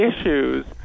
issues